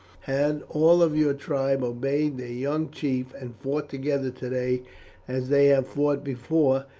had all of your tribe obeyed their young chief and fought together today as they have fought before,